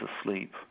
asleep